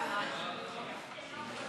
סעיף 1 נתקבל.